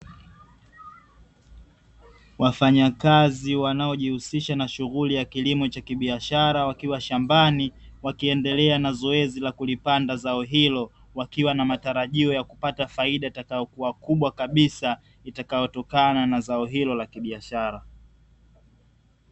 Wafanyakazi wanaojihusisha na shughuli ya kilimo cha kibiashara, wakiwa shambani wakiendelea na zoezi la kulipanda zao hilo, wakiwa na matarajio ya kupata faida itakayokuwa kubwa kabisa, itakayotokana na zao hilo la kibiashara.